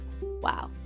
wow